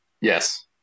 Yes